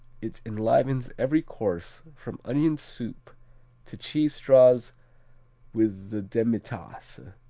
it enlivens every course from onion soup to cheese straws with the demitasse,